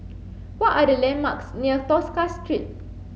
what are the landmarks near Tosca Street